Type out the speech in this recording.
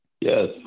Yes